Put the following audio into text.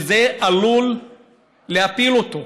שזה עלול להפיל אותו.